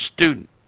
student